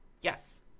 Yes